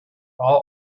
all